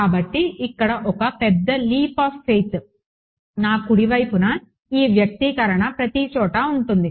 కాబట్టి ఇక్కడ ఒక పెద్ద లీప్ ఆఫ్ ఫైత్ నా కుడి వైపున ఈ వ్యక్తీకరణ ప్రతిచోటా ఉంటుంది